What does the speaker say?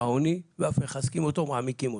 העוני ואף מחזקים אותו ומעמיקים אותו.